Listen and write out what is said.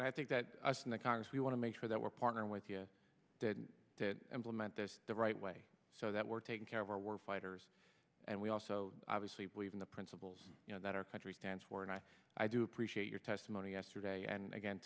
and i think that in the congress we want to make sure that we're partnering with you to implement this the right way so that we're taking care of our war fighters and we also obviously believe in the principles you know that our country stands for and i do appreciate your testimony yesterday and again